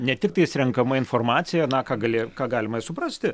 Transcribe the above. ne tiktais renkama informacija na ką gali ką galima ir suprasti